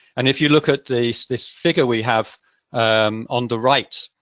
and if you look at this this figure we have um on the right,